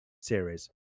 series